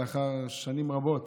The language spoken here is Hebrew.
לאחר שנים רבות